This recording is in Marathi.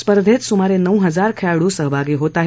स्पर्धेत सुमारे नऊ हजार खेळाडू सहभागी होत आहेत